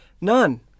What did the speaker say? None